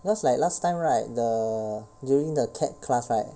because like last time right the during the C_A_D class right